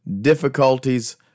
difficulties